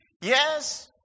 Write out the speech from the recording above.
yes